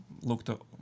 looked